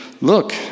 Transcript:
look